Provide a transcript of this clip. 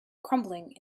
crumbling